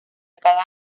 cada